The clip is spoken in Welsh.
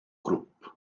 grŵp